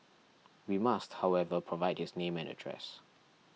he must however provide his name and address